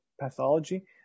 pathology